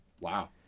Wow